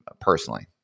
personally